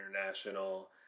International